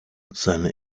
seine